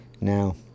Now